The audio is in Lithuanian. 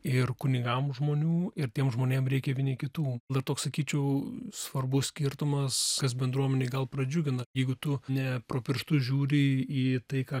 ir kunigam žmonių ir tiem žmonėm reikia vieni kitų na toks sakyčiau svarbus skirtumas kas bendruomenėj gal pradžiugina jeigu tu ne pro pirštus žiūri į į tai ką